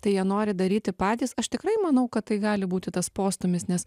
tai jie nori daryti patys aš tikrai manau kad tai gali būti tas postūmis nes